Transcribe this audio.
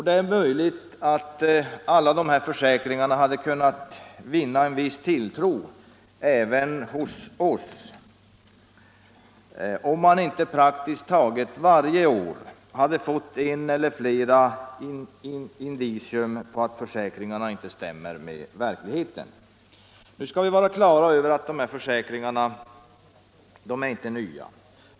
Det är möjligt att alla dessa försäkringar hade kunnat vinna viss tilltro även hos oss, om man inte praktiskt taget varje år hade fått ett indicium eller flera indicier på att försäkringarna inte stämmer med verkligheten. Nu skall vi vara på det klara med att de försäkringarna inte är nya.